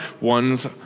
one's